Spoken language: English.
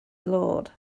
lord